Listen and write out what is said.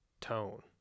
tone